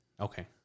Okay